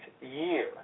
year